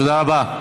תודה רבה.